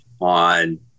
on